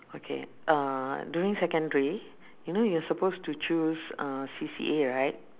okay uh during secondary you know you're supposed to choose uh C_C_A right